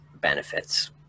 benefits